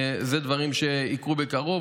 אלה דברים שיקרו בקרוב.